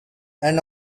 and